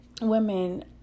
women